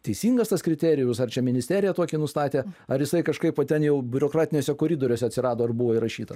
teisingas tas kriterijus ar čia ministerija tokį nustatė ar jisai kažkaip va ten jau biurokratiniuose koridoriuose atsirado ir buvo įrašyta